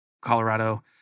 Colorado